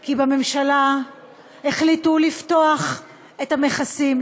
כי בממשלה החליטו לפתוח את המכסים,